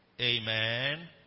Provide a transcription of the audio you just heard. Amen